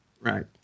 Right